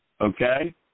Okay